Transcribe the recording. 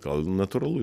gal natūralu